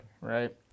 Right